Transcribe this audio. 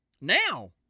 Now